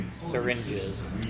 syringes